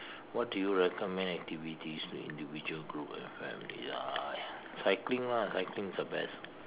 what do you recommend activities for individual group and family ya cycling lah cycling is the best